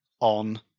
on